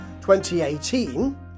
2018